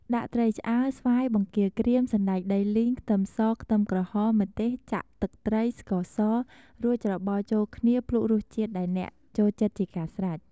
ដាក់ត្រីឆ្អើរ ស្វាយ បង្គាក្រៀម សណ្តែកដីលីង ខ្ទឹមស ខ្ទឹមក្រហម ម្ទេស ចាក់ទឹកត្រី ស្ករស រួចច្របល់ចូលគ្នាភ្លក់រសជាតិដែលអ្នកចូលចិត្តជាការស្រេច។